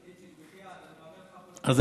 לא,